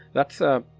that's ah.